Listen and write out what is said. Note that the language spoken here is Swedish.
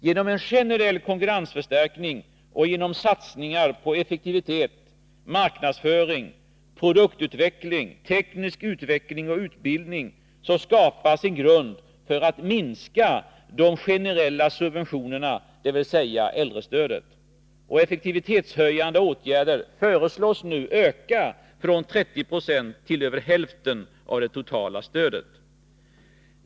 Genom en generell konkurrensförstärkning och genom satsningar på effektivitet, marknadsföring, produktutveckling, teknisk utveckling och utbildning skapas en grund för att minska de generella subventionerna, dvs. äldrestödet. Anslaget till effektivitetshöjande åtgärder föreslås öka från 30 9 till över hälften av det totala stödet.